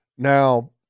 Now